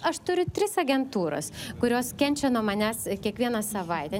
aš turiu tris agentūras kurios kenčia nuo manęs kiekvieną savaitę